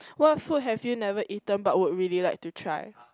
what food have you never eaten but would really like to try